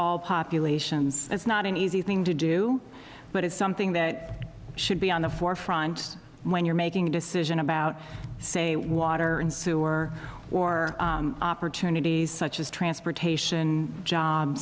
all populations it's not an easy thing to do but it's something that should be on the forefront when you're making a decision about say water and sewer or opportunities such as transportation jobs